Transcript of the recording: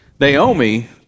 Naomi